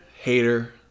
Hater